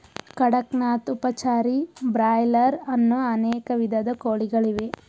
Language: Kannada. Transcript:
ಕಡಕ್ ನಾಥ್, ಉಪಚಾರಿ, ಬ್ರಾಯ್ಲರ್ ಅನ್ನೋ ಅನೇಕ ವಿಧದ ಕೋಳಿಗಳಿವೆ